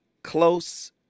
close